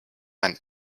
ein